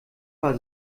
war